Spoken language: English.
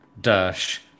dash